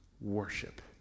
worship